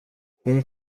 hon